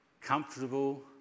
comfortable